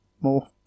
more